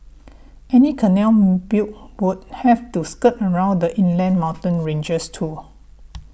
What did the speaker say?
any canal built would have to skirt around the inland mountain ranges too